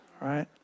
right